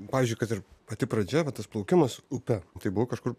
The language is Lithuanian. pavyzdžiui kad ir pati pradžia va tas plaukimas upe tai buvau kažkur